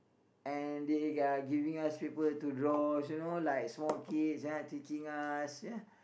and they are giving us street work to draw you know like small kids they are teaching us ya